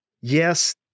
Yes